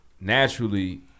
naturally